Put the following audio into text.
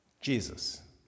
Jesus